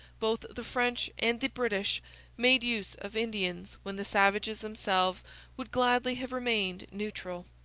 both the french and the british made use of indians when the savages themselves would gladly have remained neutral.